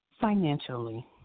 Financially